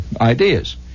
ideas